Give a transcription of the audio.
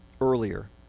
earlier